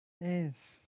Yes